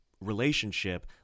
relationship